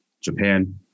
Japan